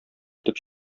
итеп